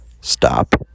stop